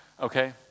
Okay